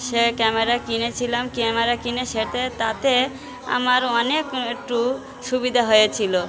সে camera কিনেছিলাম camera কিনে সেটায় তাতে আমার অনেক একটু সুবিধা হয়েছিলো